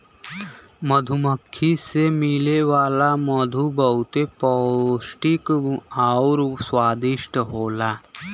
मधुमक्खी से मिले वाला मधु बहुते पौष्टिक आउर स्वादिष्ट होला